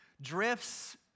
drifts